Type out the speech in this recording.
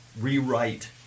rewrite